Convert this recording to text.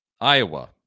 Iowa